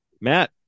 Matt